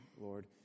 Lord